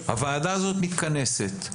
הוועדה הזאת מתכנסת,